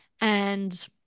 and-